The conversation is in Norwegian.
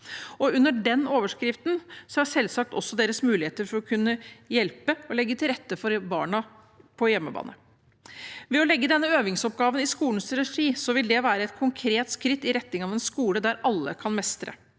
Under den overskriften er selvsagt også deres muligheter for å kunne hjelpe og legge til rette for barna på hjemmebane. Ved å legge denne øvingsoppgaven i skolens regi vil det være et konkret skritt i retning av en skole der alle kan mestre.